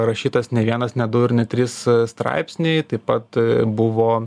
rašytas ne vienas ne du ar net trys straipsniai taip pat buvo